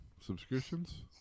subscriptions